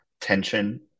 tension